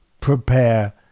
prepare